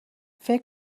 فکر